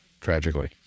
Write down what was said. tragically